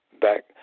back